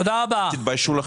תתביישו לכם.